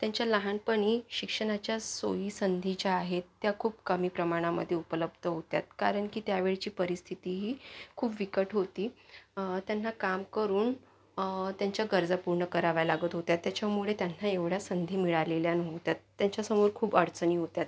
त्यांच्या लहानपणी शिक्षणाच्या सोई संधी ज्या आहेत त्या खूप कमी प्रमाणामध्ये उपलब्ध होत्या कारण की त्यावेळची परिस्थिती ही खूप बिकट होती त्यांना काम करून त्यांच्या गरजा पूर्ण कराव्या लागत होत्या त्याच्यामुळे त्यांना एवढ्या संधी मिळालेल्या नव्हत्या त्यांच्यासमोर खूप अडचणी होत्या